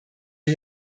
wir